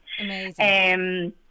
Amazing